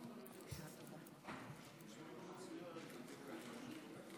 (חותם על ההצהרה)